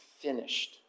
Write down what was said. finished